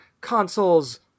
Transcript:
consoles